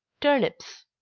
turnips.